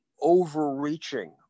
overreaching